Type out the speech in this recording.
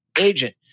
agent